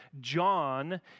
John